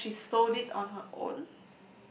because she sold it on her own